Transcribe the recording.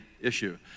issue